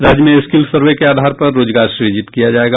राज्य में skill survey के आधार पर रोजगार सृजित किया जायेगा